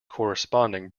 corresponding